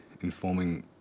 informing